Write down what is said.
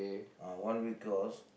ah one week course